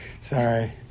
Sorry